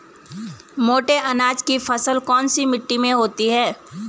मोटे अनाज की फसल कौन सी मिट्टी में होती है?